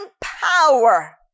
power